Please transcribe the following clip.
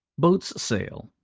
boats sail.